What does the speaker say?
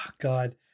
God